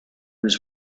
was